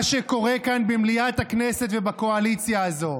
מה שקורה כאן במליאת הכנסת ובקואליציה הזאת.